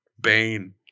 Bane